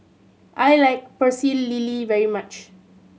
I like Pecel Lele very much